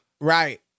right